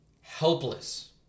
helpless